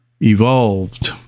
evolved